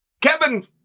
Kevin